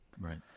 right